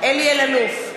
אלי אלאלוף,